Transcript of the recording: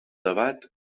debat